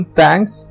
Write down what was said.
thanks